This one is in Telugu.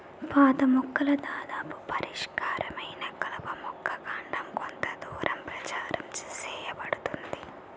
పాత మొక్కల దాదాపు పరిపక్వమైన కలప యొక్క కాండం కొంత దూరం ప్రచారం సేయబడుతుంది